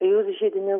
jūs židinio